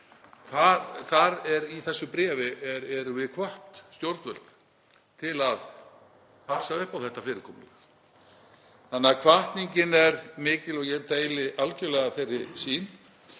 Í þessu bréfi erum við stjórnvöld hvött til að passa upp á þetta fyrirkomulag, þannig að hvatningin er mikil og ég deili algjörlega þeirri sýn.